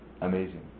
Amazing